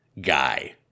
guy